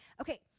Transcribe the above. Okay